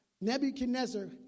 Nebuchadnezzar